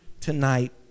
tonight